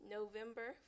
November